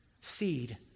seed